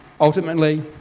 Ultimately